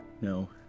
No